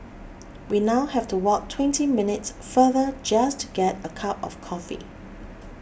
we now have to walk twenty minutes farther just to get a cup of coffee